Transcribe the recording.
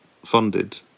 Funded